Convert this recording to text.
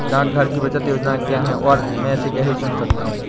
डाकघर की बचत योजनाएँ क्या हैं और मैं इसे कैसे चुन सकता हूँ?